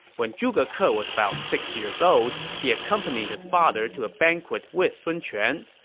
when zhuge ke ah was about six years old, he accompanied his father to a banquet with sun quan.